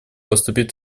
поступить